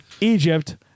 Egypt